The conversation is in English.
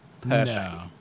perfect